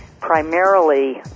primarily